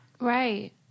Right